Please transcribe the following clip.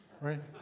Right